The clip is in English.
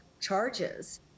charges